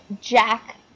jack